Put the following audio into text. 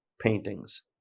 paintings